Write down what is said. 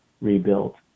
rebuilt